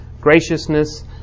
graciousness